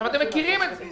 אתם מכירים את זה.